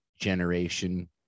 generation